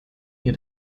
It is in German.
mir